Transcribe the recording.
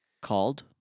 called